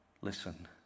listen